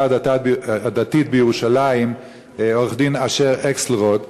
הדתית בירושלים עורך-הדין אשר אקסלרוד,